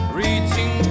reaching